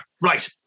Right